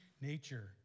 nature